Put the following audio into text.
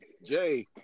Jay